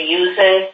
using